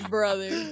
Brother